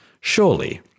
surely